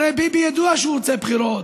הרי ביבי, ידוע שהוא רוצה בחירות,